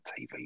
TV